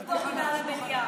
אל תבדוק, תצביע עכשיו.